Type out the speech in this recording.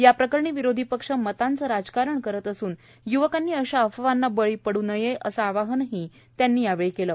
या प्रकरणी विरोधी पक्ष मतांचं राजकारण करत असून युवकांनी अशा अफवांना बळी पड्र नये असं आवाहनंही पंतप्रधानांनी केलं